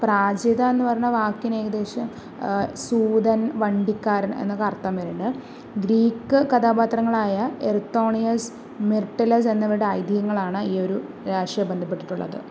പ്രാജിത എന്ന് പറയുന്ന വാക്കിന് ഏകദേശം സൂദൻ വണ്ടിക്കാരൻ എന്നൊക്കെ അർത്ഥം വരുന്നുണ്ട് ഗ്രീക്ക് കഥാപാത്രങ്ങളായ എർത്തോനിയസ് മിർട്ടിലെയ്സ് എന്നിവരുടെ ഐതിഹ്യമാണ് ഈ ഒരു രാശിയെ ബന്ധപ്പെട്ടിട്ടുള്ളത്